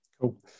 Cool